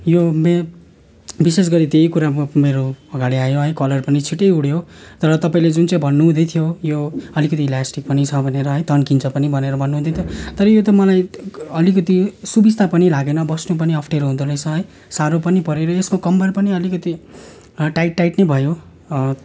यो म विशेष गरी त्यही कुरो मेरोअगाडि आयो है कलर पनि छिट्टै उड्यो तर तपाईँले जुन चाहिँ भन्नुहुँदैथ्यो यो अलिकति इलास्टिक पनि छ भनेर है तन्किन्छ पनि भनेर भन्नुहुँदै थियो तर यो त मलाई अलिकति सुविस्ता पनि लागेन बस्नु पनि अप्ठ्यारो हुँदोरहेछ है साह्रो पनि परेर यसमा कम्मर पनि अलिकति टाइट टाइट पनि भयो